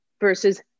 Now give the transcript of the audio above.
versus